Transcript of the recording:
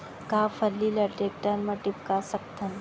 का फल्ली ल टेकटर म टिपका सकथन?